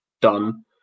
done